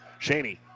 Shaney